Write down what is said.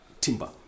timber